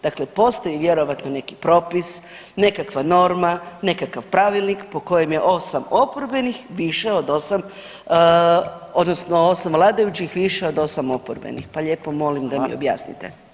Dakle postoji vjerovatno neki propis, nekakva norma, nekakav pravilnik po kojem je 8 oporbenih više od 8, odnosno 8 vladajućih više od 8 oporbenih, pa lijepo molim da mi objasnite.